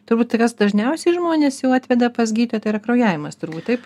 turbūt tai kas dažniausiai žmonės jau atveda pas gydytoją tai yra kraujavimas turbūt taip